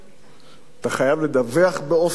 אתה חייב לדווח באופן מדויק,